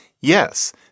Yes